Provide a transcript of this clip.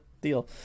deal